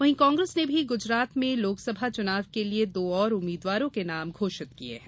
वहीं कांग्रेस ने भी गूजरात में लोकसभा चुनाव के लिए दो और उम्मीदवारों के लिए नाम घोषित किए हैं